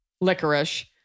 licorice